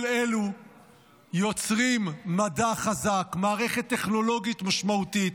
כל אלו יוצרים מדע חזק, מערכת טכנולוגית משמעותית,